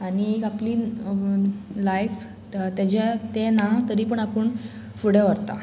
आनी आपली लायफ तेज्या तें ना तरी पूण आपूण फुडें व्हरता